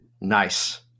Nice